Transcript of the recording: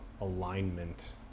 alignment